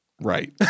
Right